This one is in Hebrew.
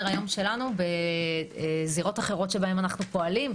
היום שלנו בזירות אחרות שבהן אנחנו פועלים.